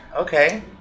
Okay